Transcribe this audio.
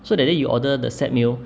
so that day you order the set meal